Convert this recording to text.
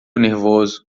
nervoso